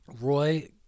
Roy